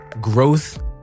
growth